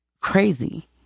crazy